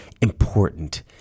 important